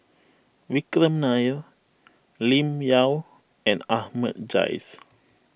Vikram Nair Lim Yau and Ahmad Jais